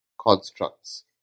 constructs